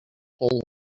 whole